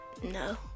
No